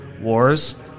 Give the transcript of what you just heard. wars